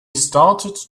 started